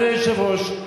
אדוני היושב-ראש,